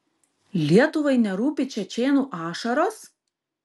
lietuvai nerūpi čečėnų ašaros